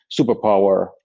superpower